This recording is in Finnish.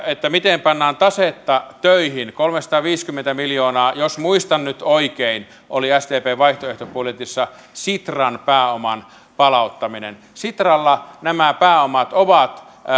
miten pannaan tasetta töihin kolmesataaviisikymmentä miljoonaa jos muistan nyt oikein oli sdpn vaihtoehtobudjetissa sitran pääoman palauttaminen sitralla nämä pääomat ovat